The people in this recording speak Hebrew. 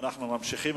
אנחנו ממשיכים.